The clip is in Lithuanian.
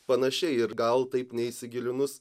panašiai ir gal taip neįsigilinus